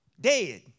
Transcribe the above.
Dead